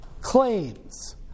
claims